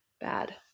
bad